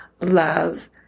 love